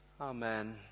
Amen